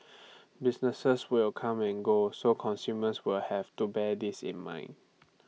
businesses will come and go so consumers will have to bear this in mind